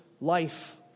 Life